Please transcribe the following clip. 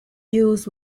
used